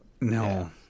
no